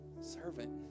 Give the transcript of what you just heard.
Servant